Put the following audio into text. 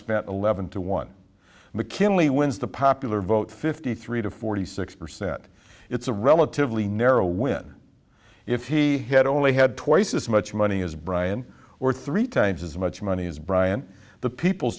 spent eleven to one mckinley wins the popular vote fifty three to forty six percent it's a relatively narrow win if he had only had twice as much money as bryan or three times as much money as brian the people's